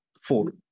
four